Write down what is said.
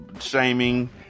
shaming